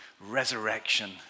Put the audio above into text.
resurrection